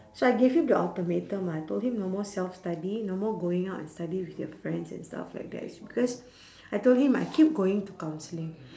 so I gave him the ultimatum I told him no more self study no more going out and study with your friends and stuff like that it's because I told him I keep going to counselling